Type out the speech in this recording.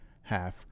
half